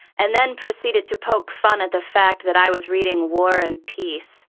and then proceeded to poke fun at the fact that i was reading war and peace.